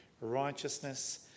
righteousness